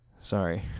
Sorry